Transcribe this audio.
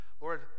lord